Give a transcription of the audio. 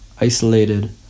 isolated